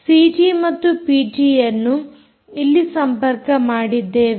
city ಮತ್ತು PT ಯನ್ನು ಇಲ್ಲಿ ಸಂಪರ್ಕ ಮಾಡಿದ್ದೇವೆ